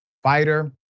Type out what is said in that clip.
fighter